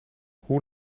hoe